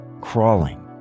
crawling